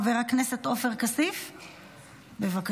חבר הכנסת עופר כסיף, בבקשה.